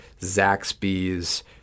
Zaxby's